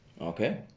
okay